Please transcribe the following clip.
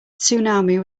tsunami